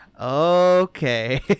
Okay